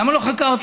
למה לא חקרת?